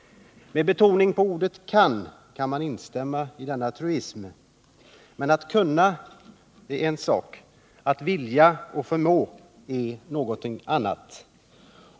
Med betoning på ordet kan kan man instämma i denna truism. Men att kunna är en sak — att vilja och förmå något annat.